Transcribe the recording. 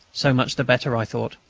so much the better, i thought.